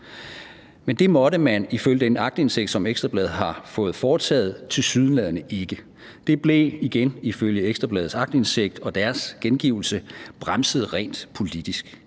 Men det måtte man ifølge den aktindsigt, som Ekstra Bladet har fået foretaget, tilsyneladende ikke. Det blev igen ifølge Ekstra Bladets aktindsigt og deres gengivelse bremset rent politisk.